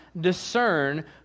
discern